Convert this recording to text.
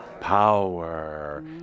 Power